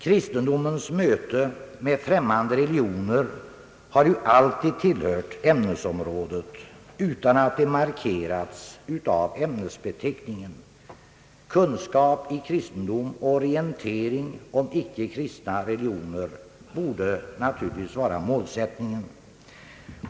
Kristendomens möte med främmande religioner har alltid tillhört ämnesområdet utan att det markerats av ämnesbeteckningen. Kunskap i kristendom och orientering om icke-kristna religioner borde vara målsättningen.